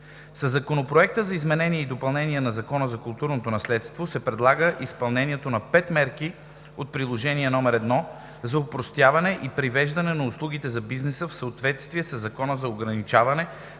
Със Законопроекта за изменение и допълнение на Закона за културното наследство се предлага изпълнението на пет мерки от Приложение № 1 за опростяване и привеждане на услугите за бизнеса в съответствие със Закона за ограничаване